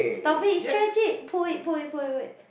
stop it stretch it pull it pull it pull it pull it